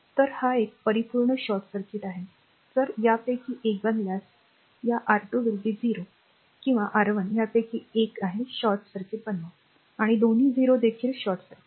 तर हा एक परिपूर्ण शॉर्ट सर्किट आहे जर यापैकी एक बनल्यास या R 2 0 किंवा R 1 यापैकी एक आहे शॉर्ट सर्किट बनवा आणि दोन्ही 0 देखील शॉर्ट सर्किट